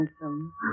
handsome